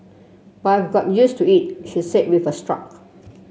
but I've got used to it she said with a struck